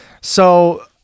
So-